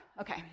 okay